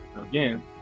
again